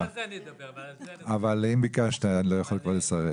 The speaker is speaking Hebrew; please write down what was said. אם ביקשת, אני לא יכול לסרב.